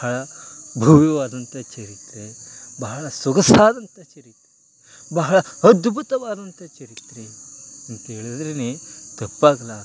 ಬಹಳ ಭವ್ಯವಾದಂತಹ ಚರಿತ್ರೆ ಬಹಳ ಸೊಗಸಾದಂತಹ ಚರಿತ್ರೆ ಬಹಳ ಅದ್ಭುತವಾದಂತಹ ಚರಿತ್ರೆ ಅಂತೇಳಿದ್ರೆ ತಪ್ಪಾಗಲಾರ್ದು